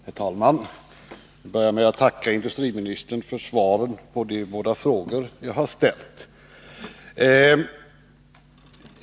Herr talman! Jag vill börja med att tacka industriministern för svaren på de båda frågor jag har ställt.